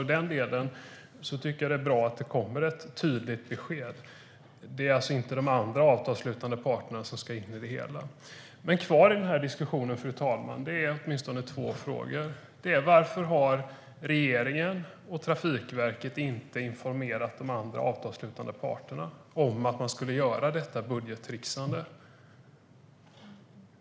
I den delen tycker jag att det är bra att det kommer ett tydligt besked. Det är alltså inte de andra avtalsslutande parterna som ska in i det hela. Men kvar i den här diskussionen, fru talman, är åtminstone två frågor. Varför har regeringen och Trafikverket inte informerat de andra avtalsslutande parterna om att man skulle göra detta budgettrixande?